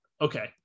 okay